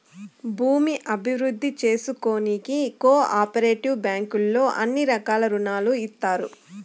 భూమి అభివృద్ధి చేసుకోనీకి కో ఆపరేటివ్ బ్యాంకుల్లో అన్ని రకాల రుణాలు ఇత్తారు